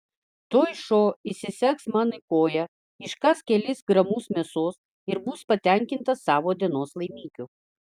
tuoj šuo įsisegs man į koją iškąs kelis gramus mėsos ir bus patenkintas savo dienos laimikiu